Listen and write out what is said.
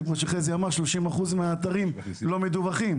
ש-30% מן האתרים לא מדווחים.